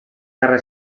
guerra